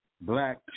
black